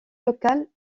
local